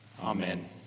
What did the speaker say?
amen